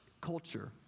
culture